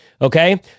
okay